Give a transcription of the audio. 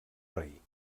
rei